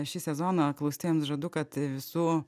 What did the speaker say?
šį sezoną klausytojams žadu kad visų